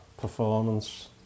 performance